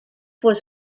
was